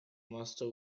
master